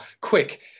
quick